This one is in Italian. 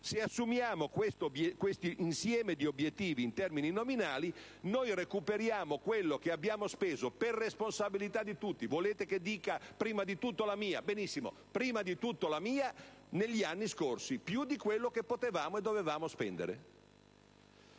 Se assumiamo questo insieme di obiettivi in termini nominali, recuperiamo quello che abbiamo speso per responsabilità di tutti (volete che dica prima di tutto la mia? Benissimo: prima di tutto la mia) negli anni scorsi più di quello che potevamo e dovevamo spendere.